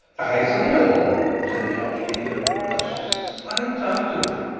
i see it all said the archdeacon. the sly tartufe!